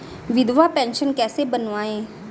विधवा पेंशन कैसे बनवायें?